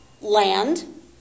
land